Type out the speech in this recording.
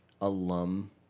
alum